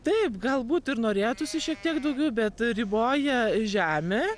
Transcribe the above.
taip galbūt ir norėtųsi šiek tiek daugiau bet riboja žemė